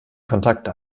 kontakte